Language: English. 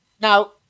Now